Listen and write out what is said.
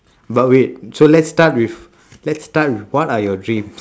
but wait so let's start with let's start with what are your dreams